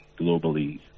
globally